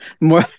more